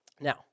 Now